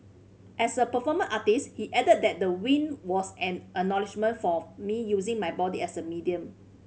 as a performance artist he added that the win was an acknowledgement for me using my body as a medium